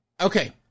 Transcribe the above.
okay